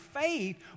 faith